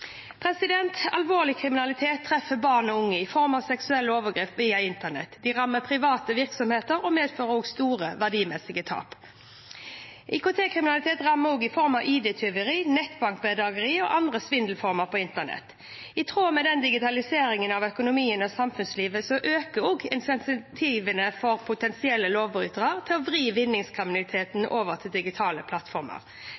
Alvorlig kriminalitet treffer barn og unge i form av seksuelle overgrep via internett. Det rammer private virksomheter og medfører store verdimessige tap. IKT-kriminalitet rammer også i form av ID-tyveri, nettbankbedrageri og andre svindelformer på internett. I tråd med digitaliseringen av økonomien og samfunnslivet øker insentivene for potensielle lovbrytere til å vri